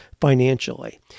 financially